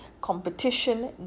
competition